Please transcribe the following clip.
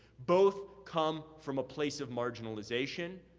both come from a place of marginalization.